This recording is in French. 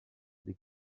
des